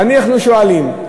ואנחנו שואלים: